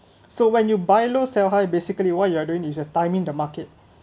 so when you buy low sell high basically what you are doing is timing the market